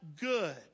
good